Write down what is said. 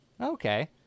Okay